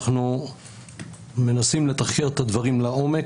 אנחנו מנסים לתחקר את הדברים לעומק,